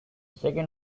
second